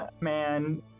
man